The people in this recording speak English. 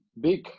big